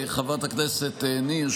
חברת הכנסת ניר,